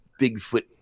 Bigfoot